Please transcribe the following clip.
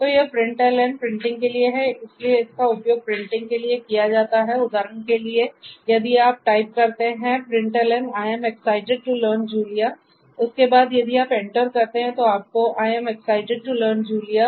तो यह println printing के लिए है इसलिए इसका उपयोग प्रिंटिंग के लिए किया जाता है और उदाहरण के लिए यदि आप यह टाइप करते हैं println उसके बाद यदि आप Enter करते हैं तो आपको I am excited to learn Julia